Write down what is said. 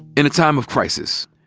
in a time of crisis,